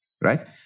Right